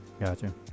Gotcha